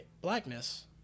blackness